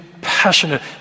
passionate